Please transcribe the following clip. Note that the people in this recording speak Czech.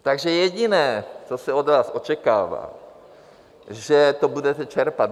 Takže jediné, co se od vás očekává, že to budete čerpat.